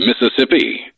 Mississippi